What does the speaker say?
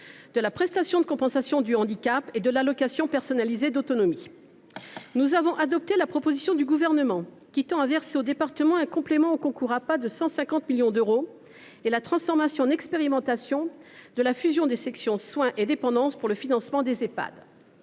la prestation de compensation du handicap (PCH) et pour l’allocation personnalisée d’autonomie (APA). Nous avons adopté la proposition du Gouvernement de verser aux départements un complément au concours APA de 150 millions d’euros et de transformer en expérimentation la fusion des sections soins et dépendance pour le financement des